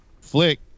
flick